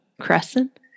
crescent